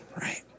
right